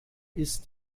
ist